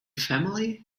family